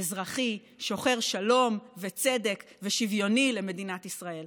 אזרחי שוחר שלום וצדק ושוויוני למדינת ישראל,